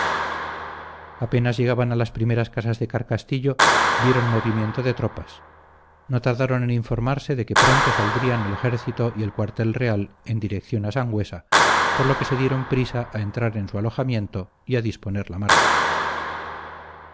apenas llegaban a las primeras casas de carcastillo vieron movimiento de tropas no tardaron en informarse de que pronto saldrían el ejército y el cuartel real en dirección a sangüesa por lo que se dieron prisa a entrar en su alojamiento y a disponer la marcha